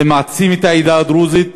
זה מעצים את העדה הדרוזית,